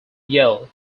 yell